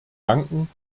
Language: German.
danken